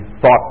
thought